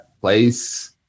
place